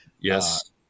Yes